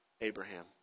Abraham